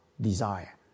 desire